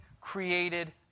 created